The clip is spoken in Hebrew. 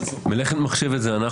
שמונע מבית המשפט לדון בשאלת הסבירות,